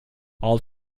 all